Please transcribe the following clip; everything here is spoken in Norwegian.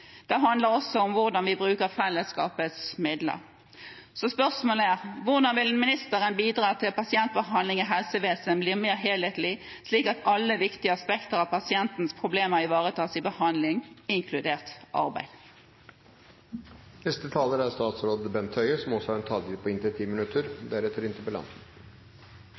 Det handler også om hvordan vi bruker fellesskapets midler. Spørsmålet er: Hvordan vil ministeren bidra til at pasientbehandling i helsevesenet blir mer helhetlig, slik at alle viktige aspekter av pasientens problemer ivaretas i behandlingen, inkludert